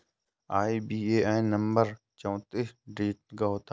IBAN number चौतीस digit का होता है